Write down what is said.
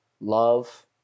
love